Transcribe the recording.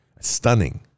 Stunning